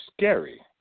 scary